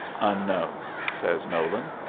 unknown, says nolan,